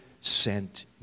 sent